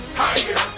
higher